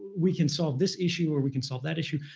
we can solve this issue or we can solve that issue,